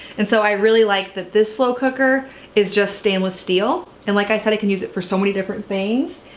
and so i really like that this slow cooker is just stainless steel. and like i said, i can use it for so many different things.